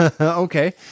Okay